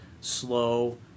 slow